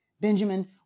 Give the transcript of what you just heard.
Benjamin